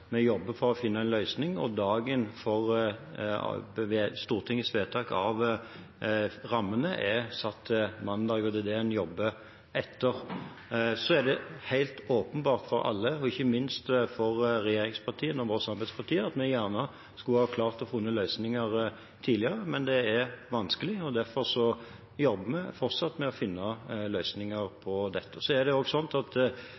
vi jobber for å finne en løsning. Dagen for Stortingets vedtak av rammene er satt til mandag 5. desember, og det er det en jobber etter. Det er helt åpenbart for alle, og ikke minst for regjeringspartiene og samarbeidspartiene, at vi gjerne skulle klart å finne løsninger tidligere, men det er vanskelig. Derfor jobber vi fortsatt med å finne løsninger på dette. Det er også slik at